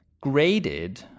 graded